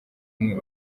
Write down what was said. umwe